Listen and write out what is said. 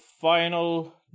final